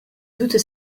doutes